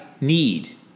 need